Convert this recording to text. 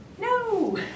No